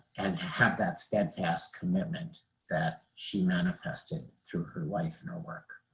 and have that steadfast commitment that she manifested through her life and her work.